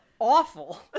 awful